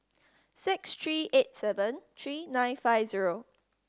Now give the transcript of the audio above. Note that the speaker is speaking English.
six three eight seven three nine five zero